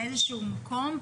לאיזשהו מקום,